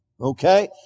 Okay